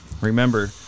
Remember